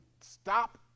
stop